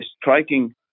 striking